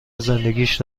زندگیش